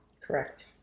Correct